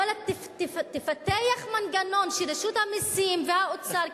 אבל תפתח מנגנון שרשות המסים והאוצר,